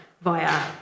via